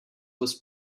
was